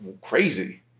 crazy